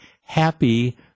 happy